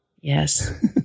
yes